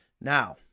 now